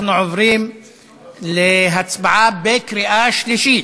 אנחנו עוברים להצבעה בקריאה שלישית.